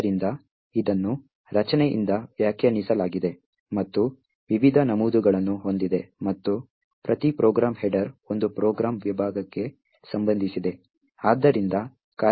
ಆದ್ದರಿಂದ ಇದನ್ನು ರಚನೆಯಿಂದ ವ್ಯಾಖ್ಯಾನಿಸಲಾಗಿದೆ ಮತ್ತು ವಿವಿಧ ನಮೂದುಗಳನ್ನು ಹೊಂದಿದೆ ಮತ್ತು ಪ್ರತಿ ಪ್ರೋಗ್ರಾಂ ಹೆಡರ್ ಒಂದು ಪ್ರೋಗ್ರಾಂ ವಿಭಾಗಕ್ಕೆ ಸಂಬಂಧಿಸಿದೆ